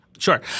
Sure